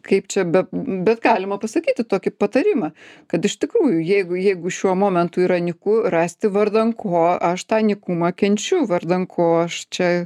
kaip čia be bet galima pasakyti tokį patarimą kad iš tikrųjų jeigu jeigu šiuo momentu yra nyku rasti vardan ko aš tą nykumą kenčiu vardan ko aš čia